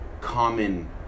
common